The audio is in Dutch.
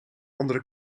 andere